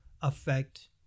affect